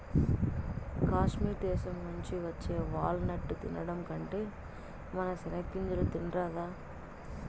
కాశ్మీర్ దేశం నుంచి వచ్చే వాల్ నట్టు తినడం కంటే మన సెనిగ్గింజలు తినరాదా